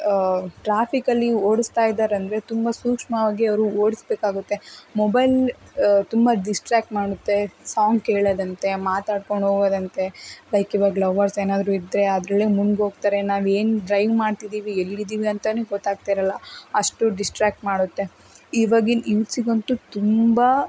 ಟ್ರಾಫಿಕ್ಕಲ್ಲಿ ಓಡಿಸ್ತಾ ಇದ್ದಾರಂದರೆ ತುಂಬ ಸೂಕ್ಷ್ಮವಾಗಿ ಅವರು ಓಡಿಸ್ಬೇಕಾಗತ್ತೆ ಮೊಬೈಲ್ ತುಂಬ ಡಿಸ್ಟ್ರಾಕ್ಟ್ ಮಾಡುತ್ತೆ ಸಾಂಗ್ ಕೇಳೋದಂತೆ ಮಾತಾಡ್ಕೊಂಡು ಹೋಗೋದಂತೆ ಲೈಕ್ ಇವಾಗ ಲವರ್ಸ್ ಏನಾದರು ಇದ್ದರೆ ಅದರಲ್ಲೇ ಮುಳ್ಗೋಗ್ತಾರೆ ನಾವು ಏನು ಡ್ರೈವಿಂಗ್ ಮಾಡ್ತಿದ್ದೀವಿ ಎಲ್ಲಿದ್ದೀವಿ ಅಂತಾನು ಗೊತ್ತಾಗ್ತಿರಲ್ಲ ಅಷ್ಟು ಡಿಸ್ಟ್ರಾಕ್ಟ್ ಮಾಡುತ್ತೆ ಇವಾಗಿನ ಯೂಥ್ಸಿಗಂತೂ ತುಂಬ